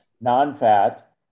non-fat